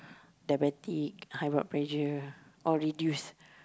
diabetic high blood pressure or reduce